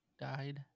died